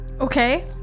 Okay